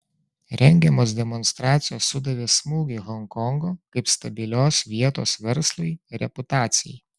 rengiamos demonstracijos sudavė smūgį honkongo kaip stabilios vietos verslui reputacijai